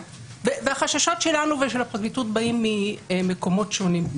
החששות שלנו ושל הפרקליטות מגיעים ממקומות שונים.